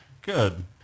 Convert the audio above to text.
Good